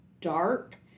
dark